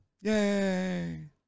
yay